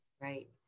Right